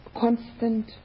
constant